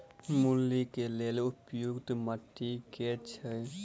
मूली केँ लेल उपयुक्त माटि केँ छैय?